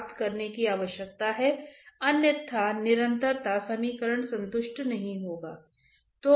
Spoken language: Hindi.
आपने नेवियर के स्टोक्स समीकरण को देखा है